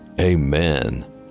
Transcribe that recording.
Amen